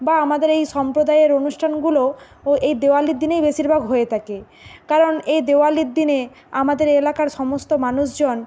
বা আমাদের এই সম্প্রদায়ের অনুষ্ঠানগুলো ও এই দেওয়ালির দিনেই বেশিরভাগ হয়ে থাকে কারণ এই দেওয়ালির দিনে আমাদের এই এলাকার সমস্ত মানুষজন